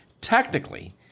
technically